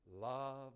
love